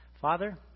Father